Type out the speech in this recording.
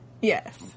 yes